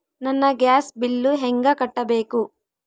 ನನ್ನ gas bill ಹೆಂಗ ಕಟ್ಟಬೇಕು?